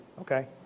Okay